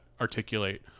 articulate